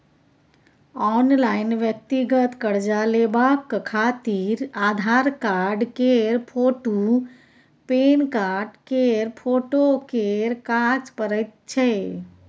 online व्यक्तिगत कर्जा लेबाक खातिर आधार कार्ड केर फोटु, पेनकार्ड केर फोटो केर काज परैत छै